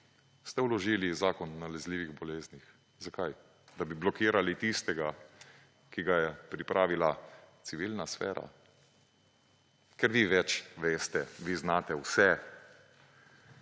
ste vložili Zakon o nalezljivih boleznih. Zakaj? Da bi blokirali tistega, ki ga je pripravila civilna sfera? Ker vi več veste, vi znate vse.